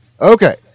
Okay